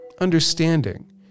understanding